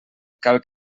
cal